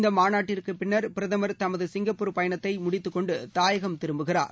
இந்த மாநாட்டிற்கு பின்னா் பிரதமா் தமது சிங்கப்பூர் பயணத்தை முடித்துக்கொண்டு தயாகம் திரும்புகிறார்